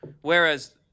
Whereas